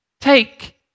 take